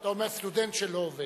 אתה אומר, סטודנט שלא עובד.